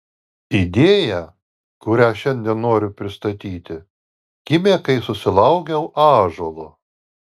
idėja kurią šiandien noriu pristatyti gimė kai susilaukiau ąžuolo